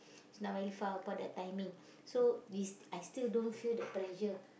it's not very far apart that timing so we st~ I still don't feel the pressure